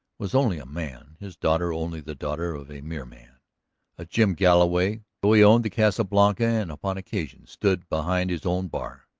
was only a man, his daughter only the daughter of a mere man a jim galloway, though he owned the casa blanca and upon occasion stood behind his own bar,